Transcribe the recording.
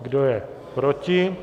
Kdo je proti?